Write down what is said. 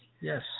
Yes